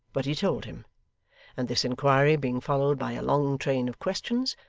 but he told him and this inquiry being followed by a long train of questions,